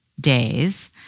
days